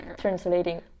translating